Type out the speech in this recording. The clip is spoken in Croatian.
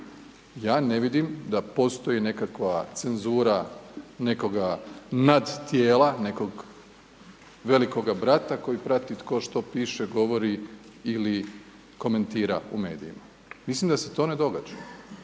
Ja ne vidim da postoji nekakva cenzura nekoga nadtijela, nekog velikoga brata koji prati tko što piše, govori ili komentira u medijima. Mislim da se to ne događa.